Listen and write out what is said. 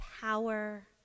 power